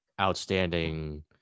outstanding